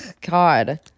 God